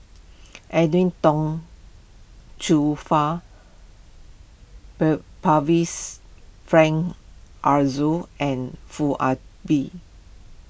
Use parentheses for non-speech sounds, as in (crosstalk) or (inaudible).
Edwin Tong Chun Fai (unintelligible) Frank Aroozoo and Foo Ah Bee